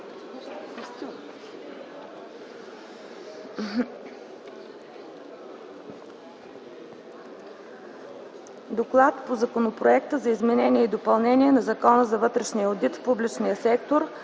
разгледа Законопроекта за изменение и допълнение на Закона за вътрешния одит в публичния сектор.